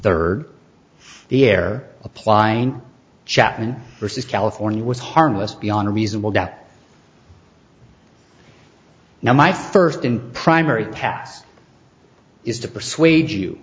third the air applying chapman versus california was harmless beyond reasonable doubt now my first and primary pass is to persuade you